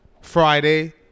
Friday